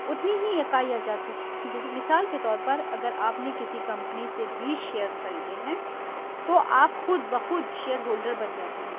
اتنی ہی اکائی آجاتی ہے جیسے مثال کے طور پر اگر آپ نے کسی کمپنی سے بیس شیئرز خریدے ہیں تو آپ خود بخود شیئر ہولڈر بن جاتے ہیں